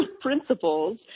principles